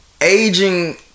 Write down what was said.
aging